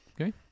Okay